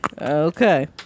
Okay